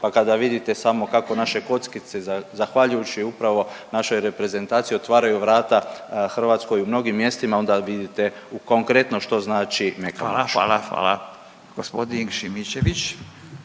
pa kada vidite samo kako naše kockice zahvaljujući upravo našoj reprezentaciji otvaraju vrata Hrvatskoj u mnogim mjestima onda vidite konkretno što znači meka moć. **Radin, Furio (Nezavisni)** Hvala, hvala, hvala. Gospodin Šimičević.